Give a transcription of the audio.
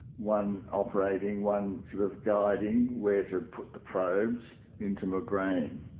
one operating, one sort of guiding where to put the probes into my brain.